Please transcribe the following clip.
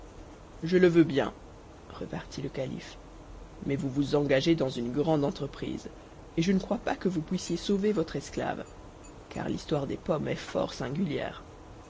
je le veux bien repartit le calife mais vous vous engagez dans une grande entreprise et je ne crois pas que vous puissiez sauver votre esclave car l'histoire des pommes est fort singulière